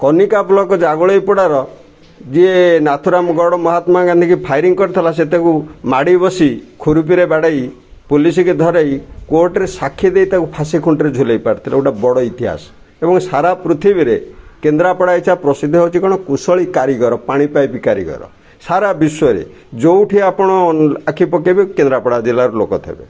Kanika block ଜାଗୁଳେଇପଡ଼ାର ଯିଏ ନାଥୁରାମଗଡ଼ ମହାତ୍ମା ଗାନ୍ଧୀକି ଫାୟରିଂ କରିଥିଲା ସେ ତାକୁ ମାଡ଼ି ବସି ଖୁରୁପିରେ ବାଡ଼ାଇ ପୋଲିସିକି ଧରାଇ କୋର୍ଟରେ ସାକ୍ଷୀ ଦେଇ ତାକୁ ଫାଶୀ ଖୁଣ୍ଟରେ ଝୁଲାଇ ପାରିଥିଲେ ଗୋଟେ ବଡ଼ ଇତିହାସ ଏବଂ ସାରା ପୃଥିବୀରେ କେନ୍ଦ୍ରାପଡ଼ା ଇଚ୍ଛା ପ୍ରସିଦ୍ଧ ହେଉଛି କ'ଣ କୁଶଳୀ କାରିଗର ପାଣି ପାଇପ୍ କାରିଗର ସାରା ବିଶ୍ୱରେ ଯେଉଁଠି ଆପଣ ଆଖି ପକାଇବେ କେନ୍ଦ୍ରାପଡ଼ା ଜିଲ୍ଲାରୁ ଲୋକ ଥେବେ